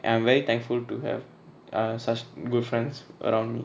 I'm very thankful to have uh such good friends around me